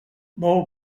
bou